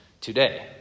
today